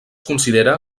considera